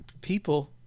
People